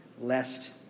lest